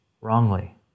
wrongly